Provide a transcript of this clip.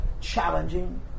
challenging